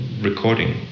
recording